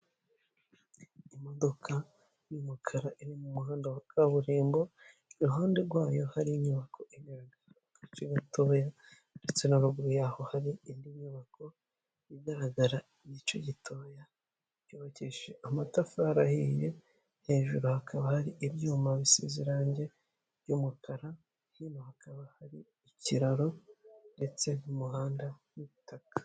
Imodoka y'umukara iri mu muhanda wa kaburimbo, i ruhande rwayo hari inyubako iigaragara agace gatoya ndetse n'amaguru yaho hari indi nyubako igaragara igice gitoya yubakishije amatafari ahiye, hejuru hakaba hari ibyuma bisize irangi ry'umukara hino hakaba hari ikiraro ndetse n'umuhanda w'ubutaka.